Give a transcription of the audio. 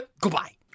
Goodbye